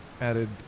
Added